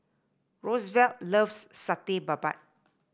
Roosevelt loves Satay Babat